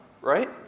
right